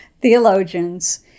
theologians